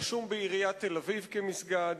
רשום בעיריית תל-אביב כמסגד.